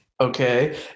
Okay